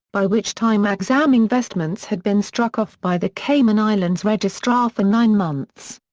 by which time axam investments had been struck off by the cayman islands registrar for nine months.